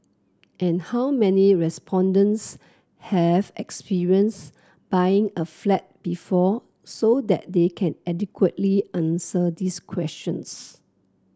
and how many respondents have experience buying a flat before so that they can adequately answer this questions